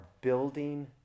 building